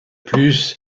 plus